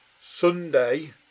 Sunday